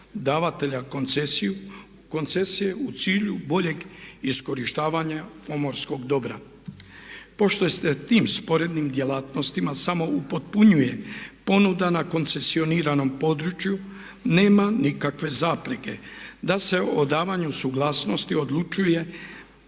davatelja koncesije u cilju boljeg iskorištavanja pomorskog dobra. Pošto se tim sporednim djelatnostima samo upotpunjuje ponuda na koncesioniranom području nema nikakve zapreke da se o davanju suglasnosti odlučuje